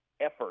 effort